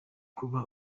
kuba